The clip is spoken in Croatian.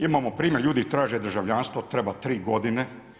Imamo primjer ljudi traže državljanstvo, treba 3 godine.